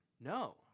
No